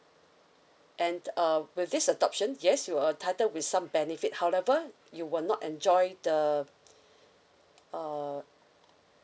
and uh with this adoption yes you uh entitled with some benefit however you will not enjoy the uh